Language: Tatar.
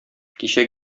кичә